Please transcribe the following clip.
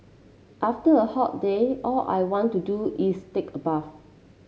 after a hot day all I want to do is take a bath